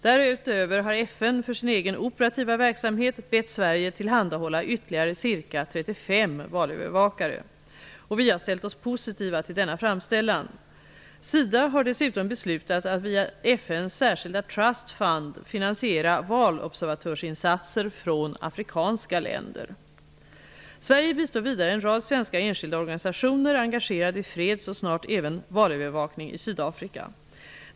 Därutöver har FN för sin egen operativa verksamhet bett Sverige tillhandahålla ytterligare ca 35 valövervakare. Vi har ställt oss positiva till denna framställan. SIDA har dessutom beslutat att via FN:s särskilda Trust Fund finansiera valobservatörsinsatser från afrikanska länder. Sverige bistår vidare en rad svenska enskilda organisationer, engagerade i freds och snart även valövervakning i Sydafrika.